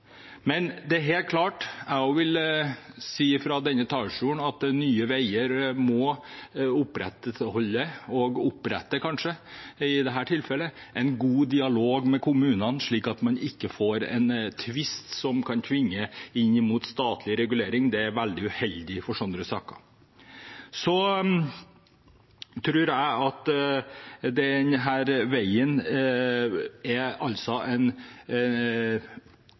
Men det er helt klart, og jeg vil også si det fra denne talerstolen, at Nye Veier må opprettholde – og i dette tilfellet kanskje opprette – en god dialog med kommunene, slik at man ikke får en tvist som kan tvinge inn statlig regulering. Det er veldig uheldig for sånne saker. For Venstre er det næringstrafikken som er det viktigste, at vi bygger denne veien